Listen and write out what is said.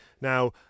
Now